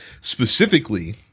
specifically